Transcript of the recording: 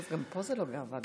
טוב, גם פה זאת לא גאווה גדולה.